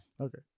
Okay